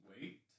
Wait